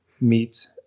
meet